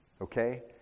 Okay